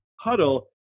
huddle